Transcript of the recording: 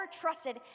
trusted